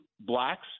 blacks